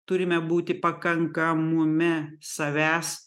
turime būti pakankamume savęs